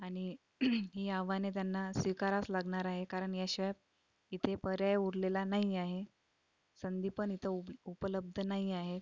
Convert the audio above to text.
आणि ही आव्हाने त्यांना स्वीकारावंच लागणार आहे कारण याशिवाय इथे पर्याय उरलेला नाही आहे संधी पण इथं उप उपलब्ध नाही आहे